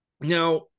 now